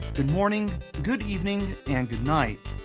and morning good evening and good night.